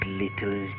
little